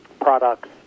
products